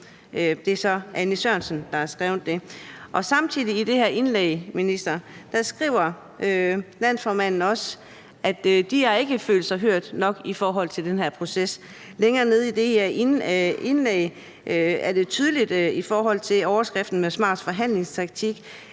Det er så Anni Sørensen, der har skrevet indlægget. Og samtidig, minister, skriver landsformanden også i det her indlæg, at de ikke har følt sig hørt nok i forhold til den her proces. Længere nede i det indlæg er det tydeligt i forhold til en overskrift, der hedder: »Smart forhandlingstaktik«.